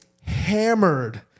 hammered